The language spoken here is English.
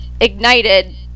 ignited